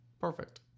Perfect